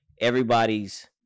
everybody's